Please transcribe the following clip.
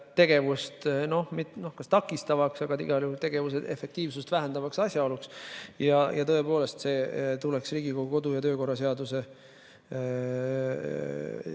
tegevust kas just takistavaks, aga igal juhul tegevuse efektiivsust vähendavaks asjaoluks. Tõepoolest, see tuleks Riigikogu kodu‑ ja töökorra seaduses